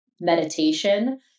Meditation